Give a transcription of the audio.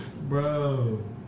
bro